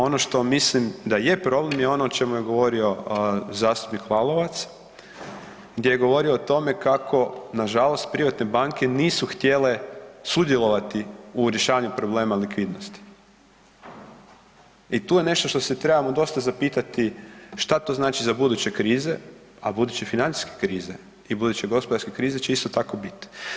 Ono što mislim da je problem je ono o čemu je govorio zastupnik Lalovac gdje je govorio o tome kako nažalost privatne banke nisu htjele sudjelovati u rješavanju problema likvidnosti i tu je nešto što se trebamo dosta zapitati šta to znači za buduće krize, a buduće financijske krize i buduće gospodarske krize će isto tako biti.